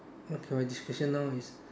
okay my description now is